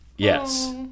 Yes